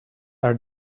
are